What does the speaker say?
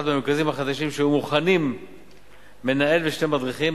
מהמרכזים החדשים שהיו מוכנים מנהל ושני מדריכים,